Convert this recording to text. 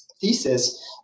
thesis